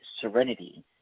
serenity